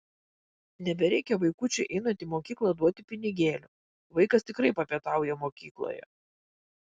nebereikia vaikučiui einant į mokyklą duoti pinigėlių vaikas tikrai papietauja mokykloje